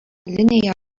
linija